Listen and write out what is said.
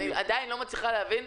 אני עדיין לא מצליחה להבין,